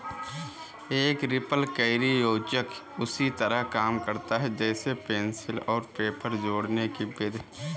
एक रिपलकैरी योजक उसी तरह काम करता है जैसे पेंसिल और पेपर जोड़ने कि विधि